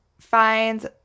finds